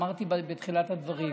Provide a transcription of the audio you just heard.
אמרתי בתחילת הדברים,